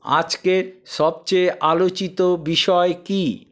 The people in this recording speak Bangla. আজকে সবচেয়ে আলোচিত বিষয় কী